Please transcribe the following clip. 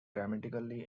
dramatically